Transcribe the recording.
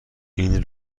این